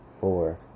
four